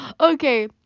Okay